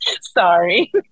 sorry